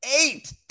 eight